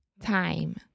Time